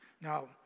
Now